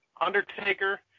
Undertaker